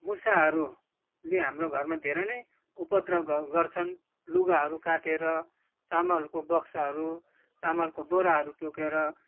मुसाहरूले हाम्रो घरमा धेरै नै उपद्रो ग गर्छन् लुगाहरू काटेर चामलको बक्साहरू चामलको बोराहरू टोकेर